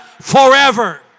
forever